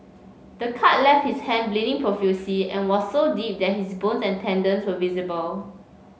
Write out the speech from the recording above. the cut left his hand bleeding profusely and was so deep that his bones and tendons were visible